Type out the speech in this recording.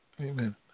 Amen